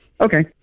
Okay